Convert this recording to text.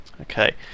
Okay